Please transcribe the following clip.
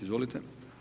Izvolite.